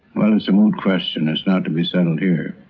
well, it's an old question that's not to be settled here